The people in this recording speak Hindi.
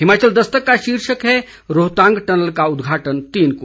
हिमाचल दस्तक का शीर्षक है रोहतांग टनल का उद्घाटन तीन को